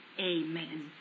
amen